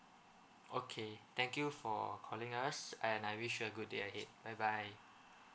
okay thank you for calling us and I wish you a good day ahead bye bye